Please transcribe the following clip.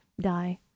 die